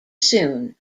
soon